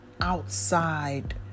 outside